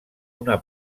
una